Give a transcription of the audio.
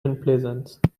unpleasant